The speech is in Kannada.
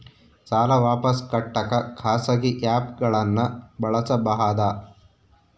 ಸಾಲ ವಾಪಸ್ ಕಟ್ಟಕ ಖಾಸಗಿ ಆ್ಯಪ್ ಗಳನ್ನ ಬಳಸಬಹದಾ?